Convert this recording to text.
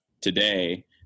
today